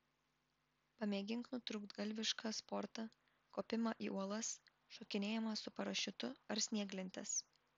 pamėgink nutrūktgalvišką sportą kopimą į uolas šokinėjimą su parašiutu ar snieglentes